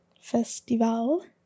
Festival